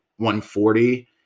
140